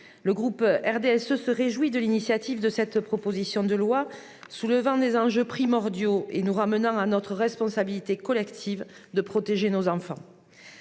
le groupe RDSE se réjouit de la présentation de cette proposition de loi, qui soulève des enjeux primordiaux et nous ramène à notre responsabilité collective de protéger nos enfants.